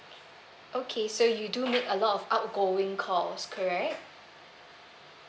okay so you do make a lot of outgoing calls correct